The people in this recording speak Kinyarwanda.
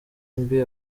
mbi